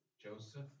Joseph